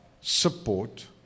support